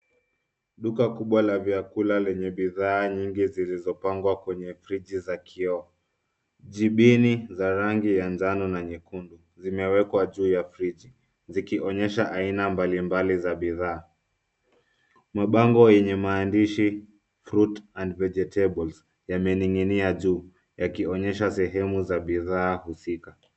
Duka kubwa la vyakula lenye bidhaa nyingi zilizopangwa kwenye friji za kioo, jipini za rangi ya njano na nyekundu zimewekwa juu ya friji zikionyesha aina mbali mbali za bidhaa. Mabango enye maandishi fruit and vegetable yameningi'nia juu yakionyesha sehemu za bidhaa huzika.